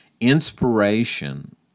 inspiration